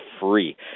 free